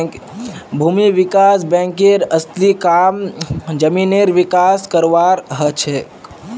भूमि विकास बैंकेर असली काम जमीनेर विकास करवार हछेक